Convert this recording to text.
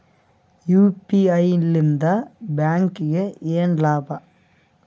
UPI ಲಿಂದ ಬ್ಯಾಂಕ್ಗೆ ಏನ್ ಲಾಭ?